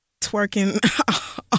twerking